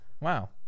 Wow